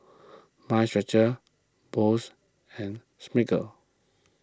Mind Stretcher Boost and Smiggle